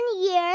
years